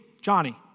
Johnny